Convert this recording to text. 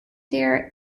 their